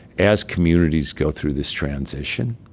as communities go through this transition,